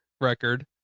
record